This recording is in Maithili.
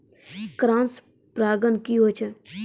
क्रॉस परागण की होय छै?